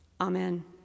Amen